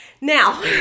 Now